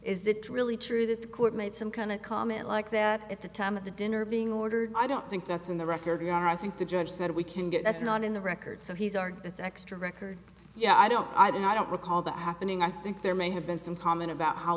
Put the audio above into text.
that really true that the court made some kind of comment like that at the time of the dinner being ordered i don't think that's in the record here i think the judge said we can get that's not in the records he's our that's extra record yeah i don't i don't i don't recall that happening i think there may have been some comment about how